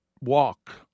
walk